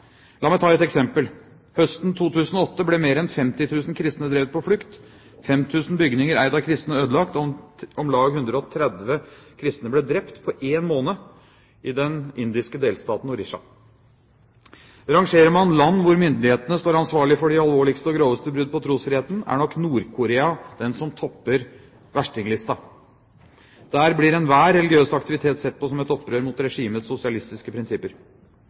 La meg ta et eksempel: Høsten 2008 ble mer enn 50 000 kristne drevet på flukt, 5 000 bygninger eid av kristne ble ødelagt, og om lag 130 kristne ble drept på en måned i den indiske delstaten Orissa. Rangerer man land hvor myndighetene står ansvarlig for de alvorligste og groveste brudd på trosfriheten, er nok Nord-Korea den som topper verstinglisten. Der blir enhver religiøs aktivitet sett på som et opprør mot regimets sosialistiske prinsipper.